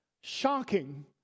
shocking